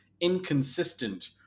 inconsistent